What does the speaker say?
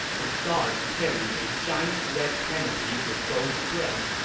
his guards carried a giant red canopy with gold threads,